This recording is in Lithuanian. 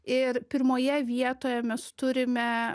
ir pirmoje vietoje mes turime